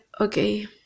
okay